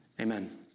Amen